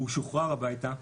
הוא שוחרר הביתה,